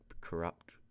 corrupt